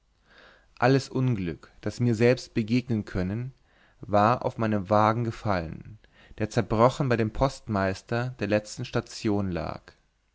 alles unglück das mir selbst begegnen können war auf meinen wagen gefallen der zerbrochen bei dem postmeister der letzten station lag